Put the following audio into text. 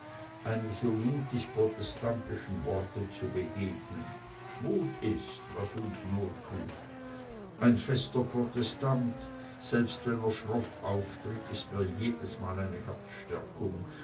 so mutig protestantischen worte zu begegnen mut ist was uns not tut ein fester protestant selbst wenn er schroff auftritt ist mir jedesmal eine